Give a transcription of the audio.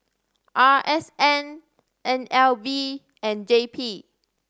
R S N N L B and J P